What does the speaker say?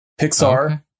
Pixar